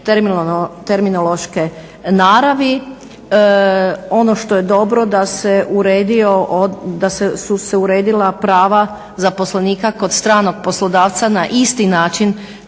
terminološke naravi. Ono što je dobro da se uredio, da su se uredila prava zaposlenika kod stranog poslodavca na isti način